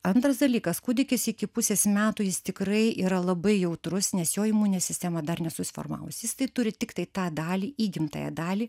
antras dalykas kūdikis iki pusės metų jis tikrai yra labai jautrus nes jo imuninė sistema dar nesusiformavusi jisai turi tiktai tą dalį įgimtąją dalį